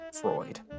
Freud